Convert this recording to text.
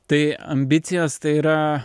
tai ambicijos tai yra